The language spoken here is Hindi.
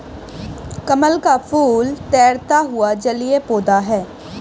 कमल का फूल तैरता हुआ जलीय पौधा है